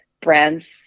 brands –